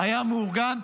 היה מאורגן,